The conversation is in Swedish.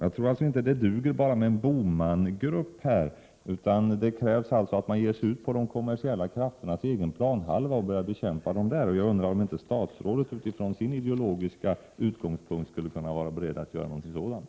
Jag tror alltså inte att det duger med bara en BOMAN-grupp i detta sammanhang utan att det krävs att man ger sig ut på de kommersiella krafternas egen planhalva och börjar bekämpa dem där. Jag undrar om inte statsrådet utifrån sin ideologiska utgångspunkt skulle kunna vara beredd att göra något sådant?